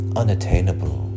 unattainable